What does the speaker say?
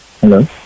Hello